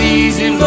easy